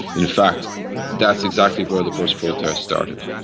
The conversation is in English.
in fact that's exactly where the first protests started.